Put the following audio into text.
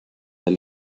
del